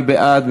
מי בעד?